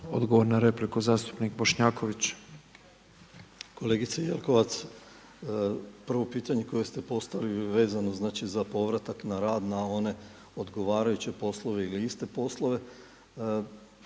Odgovor na repliku zastupnik Bošnjaković. **Bošnjaković, Dražen (HDZ)** Kolegice Jelkovac, prvo pitanje koje ste postavili vezano znači za povratak na rad na one odgovarajuće poslove ili iste poslove,